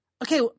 okay